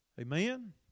Amen